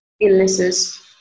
illnesses